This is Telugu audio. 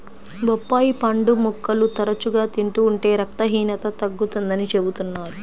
బొప్పాయి పండు ముక్కలు తరచుగా తింటూ ఉంటే రక్తహీనత తగ్గుతుందని చెబుతున్నారు